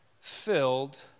Filled